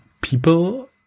People